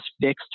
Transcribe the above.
fixed